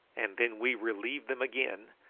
and then we relieved them again,